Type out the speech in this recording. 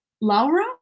Laura